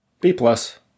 B-plus